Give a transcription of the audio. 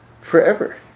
forever